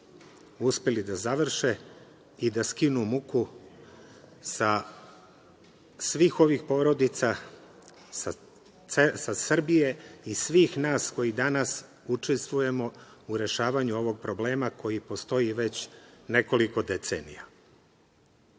uspeli da završe i da skinu muku sa svih ovih porodica, sa Srbije i svih nas koji danas učestvujemo u rešavanju ovog problema koji postoji već nekoliko decenija. Da